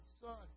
son